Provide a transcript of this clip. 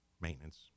maintenance